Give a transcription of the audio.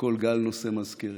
כל גל נושא מזכרת.